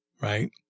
right